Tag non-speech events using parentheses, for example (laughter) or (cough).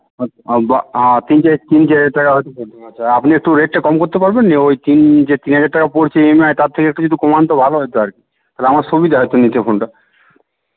(unintelligible) তিন চে তিন চার হাজার টাকা হয়তো পড়বে আচ্চা আপনি একটু রেটটা কম করতে পারবেন না ওই তিন যে তিন হাজার টাকা পড়ছে ই এম আই তার থেকে একটু যদি কমান তো ভালো হতো আর কি তাহলে আমার সুবিধা হতো নিতে ফোনটা